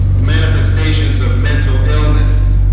manifestations of mental illness